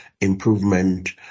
improvement